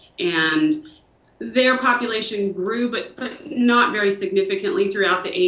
and their population grew but but not very significantly throughout the eighty